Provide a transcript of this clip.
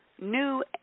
New